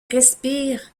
respire